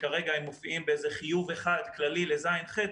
שכרגע הם מופיעים באיזשהו חיוב אחד כללי לז'-ח',